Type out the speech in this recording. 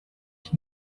ich